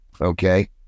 Okay